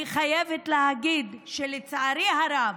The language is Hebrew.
אני חייבת להגיד שלצערי הרב,